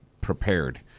prepared